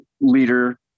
leader